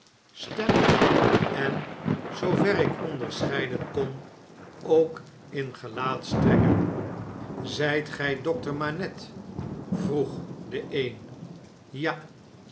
stem en voor zoover ik onderscheiden kon ook in gelaatstrekken zjjt gij dokter manette vroeg de een ja